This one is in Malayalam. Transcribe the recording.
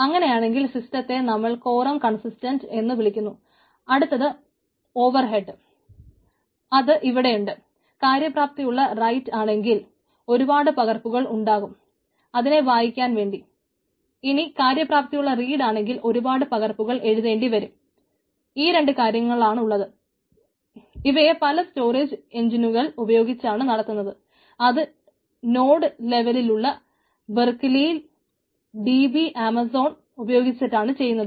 അങ്ങനെയാണെങ്കിൽ സിസ്റ്റത്തെ നമ്മൾ കോറം കൺസിസ്റ്റന്റ് DB ആമസോൺ ഉപയോഗിച്ചിട്ടാണ് ചെയ്യുന്നത്